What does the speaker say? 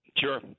Sure